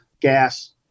Gas